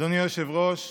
אדוני היושב-ראש,